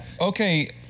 Okay